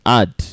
add